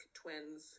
twins